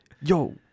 Yo